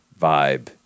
vibe